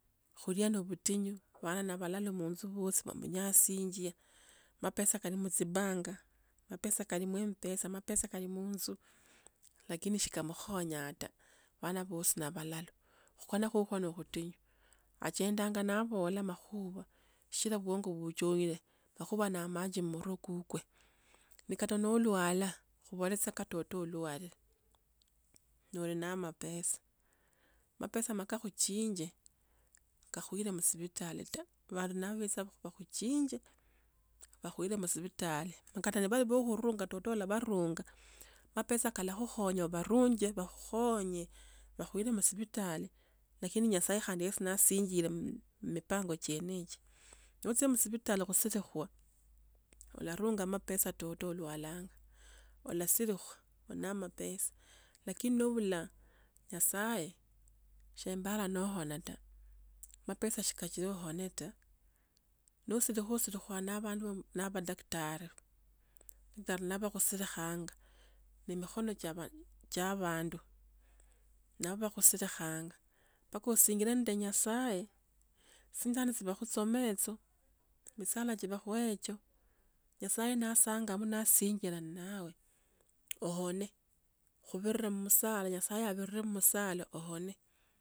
Khulia novutinyu vana navalalu munzu vosi vakhunya. Sinja mapesa kali mutsibank. mapesa kali mumpesa mapesa kali munzu lakini shikamkhonya ta. Vana vosi navalalu khukona khukhwe nokhutinyu. Achendanga navola makhuua. shichra vwongo vuchoere makhuwa na manji murwe kukwe. Ni kata nolwalwa ovole tsa katoto ulware noli na mapesa. Mapesa na kakhuchinje kakhuire musivitali ta. Vandu navo vetsa vakhuchinje vakhuire musivitali. kata ni vali vakhuranga toto olavarunga. Mapesa kalakhukhonya ovarunje vakhukhonye vakhuire musivitali lakini nyasaye khandi nasinjire mipango chenecho notsia musivitari khusirikhwa. olarunga mapesa toto ulwala. Olasirikhwa na vandu na vadaktari valala vakhusiringa ne mikhono chava cha vandu navo vakhusirikhanga mpaka osinjire nendee nyasaye. tsi sindano tsya vakhutsoma etso. misala cha vakhwa echo nyasaye nasangamo nasinjira ni nawe ohane khuvira mu sola. nyasaye avire mu sala ohone.